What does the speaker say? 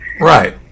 Right